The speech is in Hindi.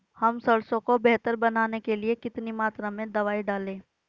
हम सरसों को बेहतर बनाने के लिए कितनी मात्रा में दवाई डालें?